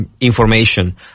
Information